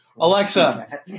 Alexa